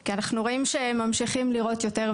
כי אנחנו רואים שממשיכים לירות יותר ויותר.